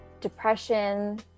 depression